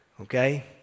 Okay